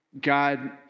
God